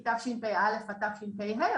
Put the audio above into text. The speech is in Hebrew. היא תשפ"א עד תשפ"ה.